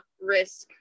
risk